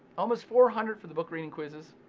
almost four hundred for the book reading quizzes,